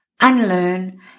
unlearn